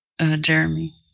Jeremy